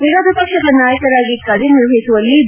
ವಿರೋಧ ಪಕ್ಷದ ನಾಯಕರಾಗಿ ಕಾರ್ಯನಿರ್ವಹಿಸುವಲ್ಲಿ ಬಿ